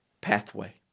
pathway